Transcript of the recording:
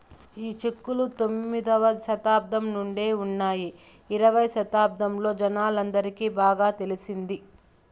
ఈ చెక్కులు తొమ్మిదవ శతాబ్దం నుండే ఉన్నాయి ఇరవై శతాబ్దంలో జనాలందరికి బాగా తెలిసింది